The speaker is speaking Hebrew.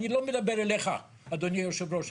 אני לא מדבר אליך אדוני יושב הראש,